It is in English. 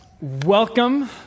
welcome